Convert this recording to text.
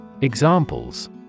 Examples